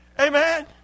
Amen